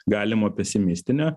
galimo pesimistinio